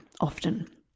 often